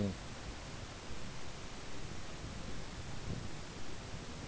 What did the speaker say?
mm